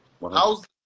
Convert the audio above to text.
How's